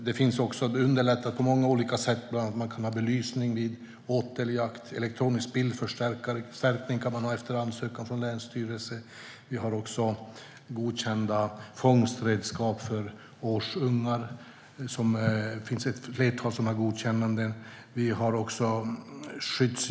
Det underlättar på många olika sätt att man kan ha belysning vid åteljakt, och efter ansökan hos länsstyrelsen kan man få använda elektronisk bildförstärkare. Det finns också ett flertal godkända fångstredskap för årsungar.